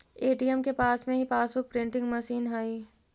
ATM के पास में ही पासबुक प्रिंटिंग मशीन हई